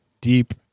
deep